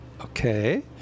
Okay